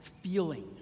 feeling